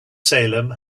salem